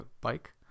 bike